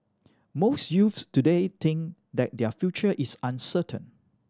most youths today think that their future is uncertain